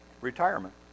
Retirement